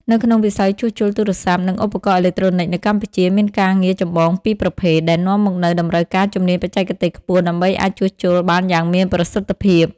នៅក្នុងវិស័យជួសជុលទូរស័ព្ទ និងឧបករណ៍អេឡិចត្រូនិចនៅកម្ពុជា មានការងារចម្បងពីរប្រភេទ ដែលនាំមកនូវតម្រូវការជំនាញបច្ចេកទេសខ្ពស់ ដើម្បីអាចជួសជុលបានយ៉ាងមានប្រសិទ្ធភាព។